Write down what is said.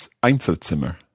Einzelzimmer